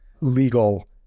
legal